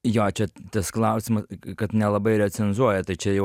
jo čia tas klausima kad nelabai recenzuoja tai čia jau